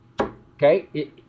okay